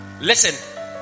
Listen